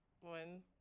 One